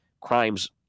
crimes